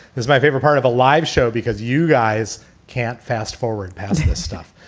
here's my favorite part of a live show, because you guys can't fast forward past this stuff.